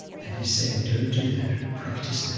and he's saying, don't do that. practice now,